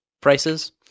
prices